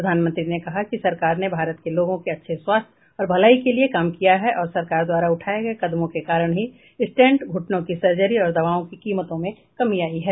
प्रधानमंत्री ने कहा कि सरकार ने भारत के लोगों के अच्छे स्वास्थ्य और भलाई के लिए काम किया है और सरकार द्वारा उठाए गए कदमों के कारण ही स्टेंट घूटनों की सर्जरी और दवाओं की कीमतों में कमी आई है